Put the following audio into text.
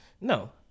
no